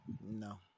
No